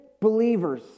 believers